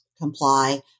comply